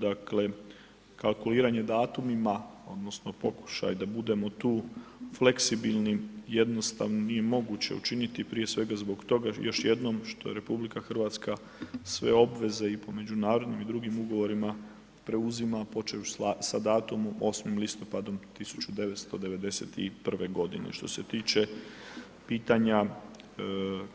Dakle, kalkuliranje datumima odnosno pokušaj da budemo tu fleksibilni jednostavno nije moguće učiniti prije svega zbog toga, još jednom, što je RH sve obveze i po međunarodnim i drugim ugovorima preuzima počev sa datumom 8.10.1991.g. Što se tiče pitanja